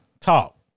talk